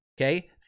okay